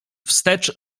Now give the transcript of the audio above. wstecz